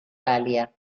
galia